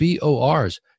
BORs